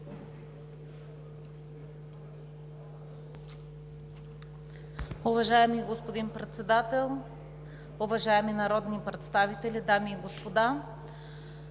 Уважаеми господин Председател, уважаеми народни представители, дами и господа!